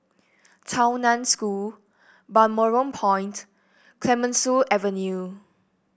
Tao Nan School Balmoral Point Clemenceau Avenue